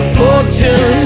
fortune